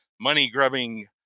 money-grubbing